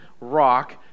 rock